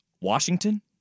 Washington